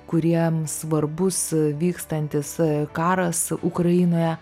kuriem svarbus vykstantis karas ukrainoje